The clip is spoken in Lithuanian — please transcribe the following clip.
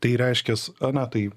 tai reiškias ana tai